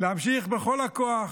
להמשיך בכל הכוח,